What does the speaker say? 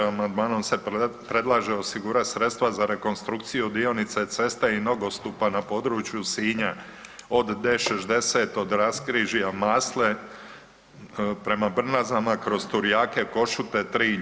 Amandmanom se predlaže osigurat sredstva za rekonstrukciju dionice ceste i nogostupa na području Sinja od D60 od raskrižja Masle prema Brnazama kroz Turjake, Košute, Trilj.